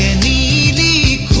me the